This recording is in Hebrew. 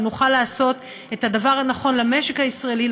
ונוכל לעשות את הדבר הנכון למשק הישראלי,